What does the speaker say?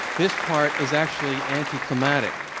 this part is actually anti-climatic.